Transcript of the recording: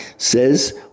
Says